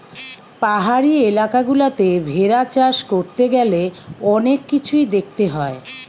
পাহাড়ি এলাকা গুলাতে ভেড়া চাষ করতে গ্যালে অনেক কিছুই দেখতে হয়